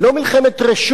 לא מלחמת רשות,